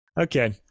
Okay